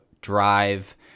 drive